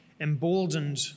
emboldened